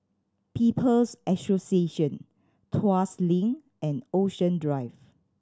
People's Association Tuas Link and Ocean Drive